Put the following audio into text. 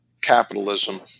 capitalism